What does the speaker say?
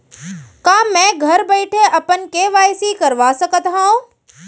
का मैं घर बइठे अपन के.वाई.सी करवा सकत हव?